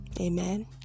Amen